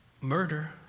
murder